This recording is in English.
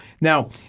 now